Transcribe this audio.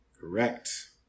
Correct